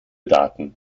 daten